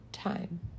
time